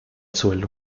suelo